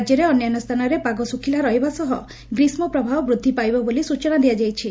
ରାକ୍ୟରେ ଅନ୍ୟାନ୍ୟ ସ୍ଥାନରେ ପାଗ ଶୁଖ୍ଲା ରହିବା ସହ ଗ୍ରୀଷ୍କପ୍ରବାହ ବୃଦ୍ଧି ପାଇବ ବୋଲି ସୂଚନା ଦିଆଯାଇଛି